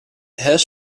has